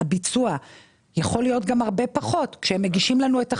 הביצוע יכול להיות גם הרבה פחות כשהם מגישים לנו את החשבונות,